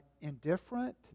indifferent